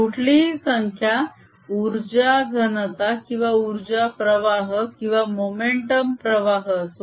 कुठलीही संख्या उर्जा घनता किंवा उर्जा प्रवाह किंवा मोमेंटम प्रवाह असो